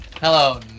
Hello